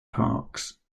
parks